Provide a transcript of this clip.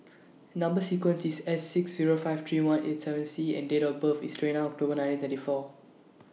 Number sequence IS S six Zero five three one eight seven C and Date of birth IS twenty nine October nineteen thirty four